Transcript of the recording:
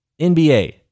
NBA